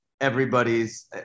everybody's